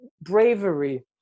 bravery